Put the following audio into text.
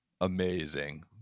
amazing